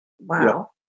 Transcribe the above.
Wow